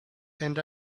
and